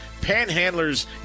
Panhandlers